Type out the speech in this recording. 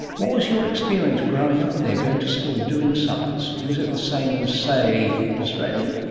what was your experience growing up there, going to school, doing science? was it the same as, say, in australia?